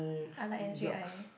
I like S_J_I